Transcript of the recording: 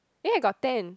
eh I got ten